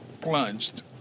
plunged